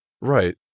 Right